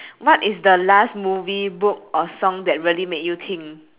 what is the last movie book or song that really make you think